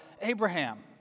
Abraham